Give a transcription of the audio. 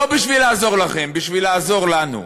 לא בשביל לעזור לכם, בשביל לעזור לנו.